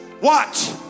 Watch